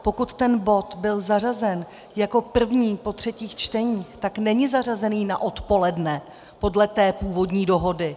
Pokud ten bod byl zařazen jako první po třetích čteních, tak není zařazený na odpoledne, podle té původní dohody.